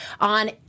on